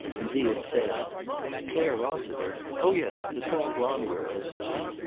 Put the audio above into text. and he had said clare rossiter? oh, yes, the tall blonde girl, isn't she?